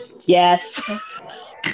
Yes